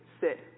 sit